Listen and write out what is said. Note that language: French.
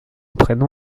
prénom